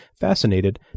fascinated